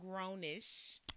Grownish